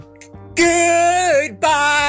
goodbye